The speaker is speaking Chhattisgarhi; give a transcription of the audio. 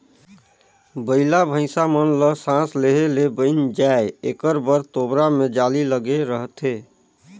बइला भइसा मन ल सास लेहे ले बइन जाय एकर बर तोबरा मे जाली लगे रहथे